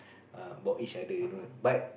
err about each other you know but